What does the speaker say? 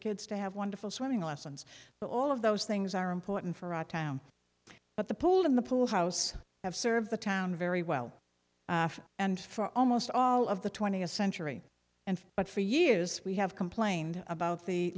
kids to have wonderful swimming lessons but all of those things are important for a town but the pool in the pool house have served the town very well and for almost all of the twentieth century and but for years we have complained about the